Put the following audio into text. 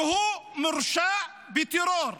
כשהוא מורשע בטרור.